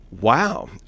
Wow